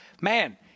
man